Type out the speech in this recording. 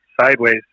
sideways